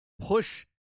push